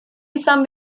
izan